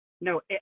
No